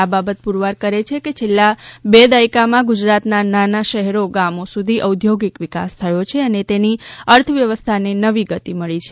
આ બાબત પુરવાર કરે છે કે છેલ્લા બે દાયકામાં ગુજરાતના નાના શહેરો ગામો સુધી ઔદ્યોગીક વિકાસ થયો છે અને તેથી અર્થવ્યવસ્થાને નવી ગતિ મળી છે